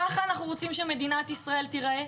ככה אנחנו רוצים שמדינת ישראל תיראה?